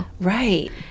Right